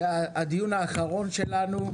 זה הדיון האחרון שלנו,